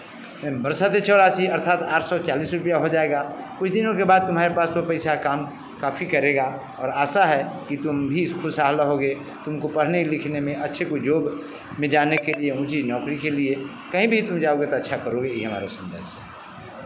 बारह सत्ते चौरासी अर्थात आठ सौ चालीस रुपया हो जाएगा कुछ दिनों के बाद तुम्हारे पास वो पैसा काम काफ़ी करेगा और आशा है कि तुम भी खुशहाल रहोगे तुमको पढ़ने लिखने में अच्छे कोई जॉब में जाने के लिए ऊँची नौकरी के लिए कहीं भी तुम जाओगे तो अच्छा करोगे यही हमारा सन्देश है